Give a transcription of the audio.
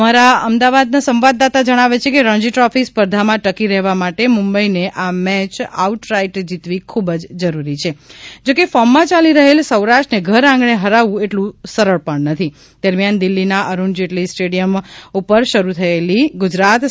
અમારા અમદાવાદ સંવાદદાતા જણાવે છે કે રણજી ટ્રોફી સ્પર્ધામાં ટકી રહેવા માટે મુંબઈને આ મેય આઉટ રાઈટ જીતવી ખુબજ જરૂરી છે જો કે ફોર્મ માં યાલે રહેલ સૌરાષ્ટ્રને ઘર આંગણે હરાવવું એટલું સરળ પણ દરમિયાન દિલ્હીના અરુણ જેટલી સ્ટેડિયમ ઉપર શરુ થયેલી ગુજરાત નથી